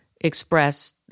express